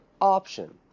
option